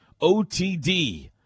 OTD